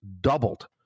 doubled